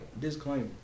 Disclaimer